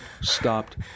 stopped